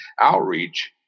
outreach